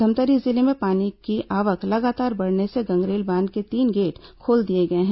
धमतरी जिले में पानी की आवक लगातार बढ़ने से गंगरेल बांध के तीन गेट खोले दिए गए हैं